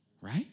Right